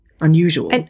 unusual